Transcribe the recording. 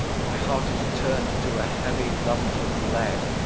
my heart is turn'd to a heavy lump of lead,